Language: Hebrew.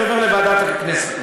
זה עובר לוועדת הכנסת.